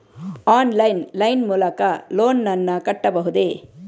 Online line ಮೂಲಕ loan ನನ್ನ ಕಟ್ಟಬಹುದೇ?